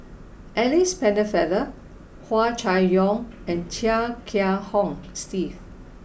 Alice Pennefather Hua Chai Yong and Chia Kiah Hong Steve